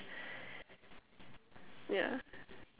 yeah